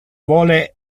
vole